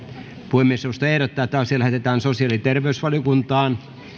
puhemiesneuvosto ehdottaa että asia lähetetään sosiaali ja terveysvaliokuntaan